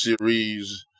series